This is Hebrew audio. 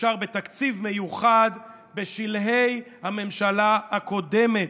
שאושר בתקציב מיוחד בשלהי הממשלה הקודמת,